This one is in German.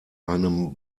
einem